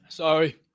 Sorry